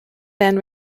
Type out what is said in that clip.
then